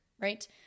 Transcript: right